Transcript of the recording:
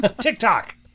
TikTok